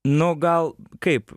nu gal kaip